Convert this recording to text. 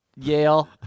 Yale